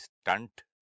stunt